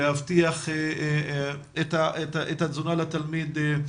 להבטיח את התזונה לתלמיד.